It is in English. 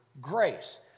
grace